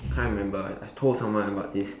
can't remember I told someone about this